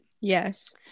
Yes